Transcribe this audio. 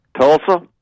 Tulsa